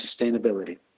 sustainability